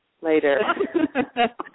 later